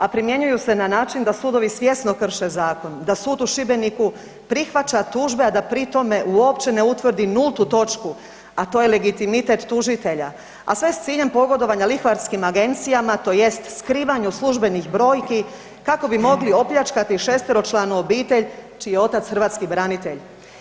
A primjenjuju se na način da sudovi svjesno krše zakon, da sud u Šibeniku prihvaća tužbe, a da pri tome uopće ne utvrdi nultu točku, a to je legitimitet tužitelja, a sve s ciljem pogodovanja lihvarskim agencijama tj. skrivanju službenih brojki kako bi mogli opljačkati šesteročlanu obitelj čiji je otac hrvatski branitelj.